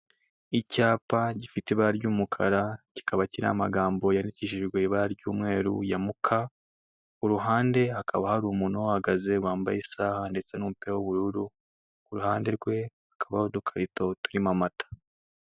Icyapa gifite ibara ry'umukara kikaba kiriho amagambo yandikishijwe ibara ry'umweru ya muka uruhande hakaba hari umuntu uhahagaze wambaye isaha ndetse n'umupira w'ubururu kuruhande rwe hakaba hari udukarito turimo amata.